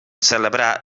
celebrar